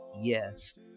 Yes